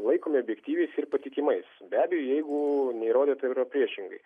laikom objektyviais ir patikimais be abejo jeigu neįrodyta priešingai